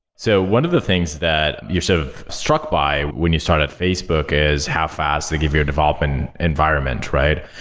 so, one of the things that you sort of struck by when you start at facebook is how fast they give your development environment, right?